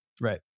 Right